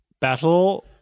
battle